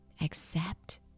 Accept